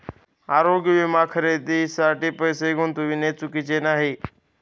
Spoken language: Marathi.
आरोग्य विमा खरेदीसाठी पैसे गुंतविणे चुकीचे नाही